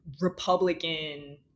Republican